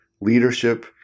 Leadership